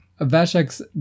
Vashek's